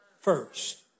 first